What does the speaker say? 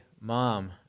mom